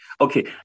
Okay